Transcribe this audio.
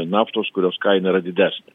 naftos kurios kaina yra didesnė